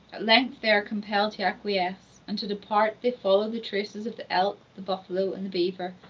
length they are compelled to acquiesce, and to depart they follow the traces of the elk, the buffalo, and the beaver,